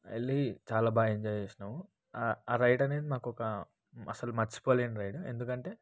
వెళ్ళి చాలా బాగా ఎంజాయ్ చేసినాం ఆ ఆ రైడ్ అనేది మాకు ఒక అస్సలు మర్చిపోలేని రైడ్ ఎందుకంటే